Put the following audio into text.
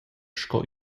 sco